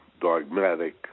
dogmatic